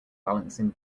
balancing